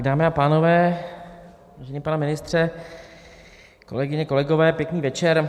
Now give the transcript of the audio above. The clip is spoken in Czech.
Dámy a pánové, vážený pane ministře, kolegyně, kolegové, pěkný večer.